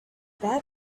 that